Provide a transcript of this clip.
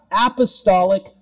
apostolic